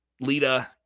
Lita